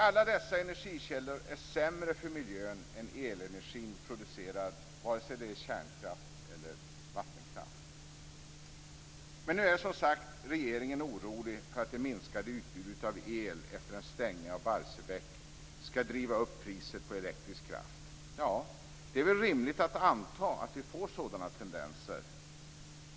Alla dessa energikällor är sämre för miljön än den elenergi som produceras med kärnkraft eller vattenkraft. Nu är som sagt regeringen orolig för att det minskade utbudet av el efter en stängning av Barsebäck skall driva upp priset på elektrisk kraft. Det är väl rimligt att anta att vi får sådana tendenser.